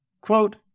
Quote